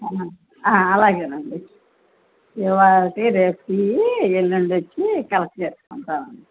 అలాగేనండి ఇవాల్టివి రేపటివి ఎల్లుండి వచ్చి కలెక్ట్ చేసుకుంటాను